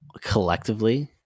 collectively